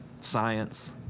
Science